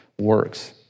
works